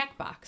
checkbox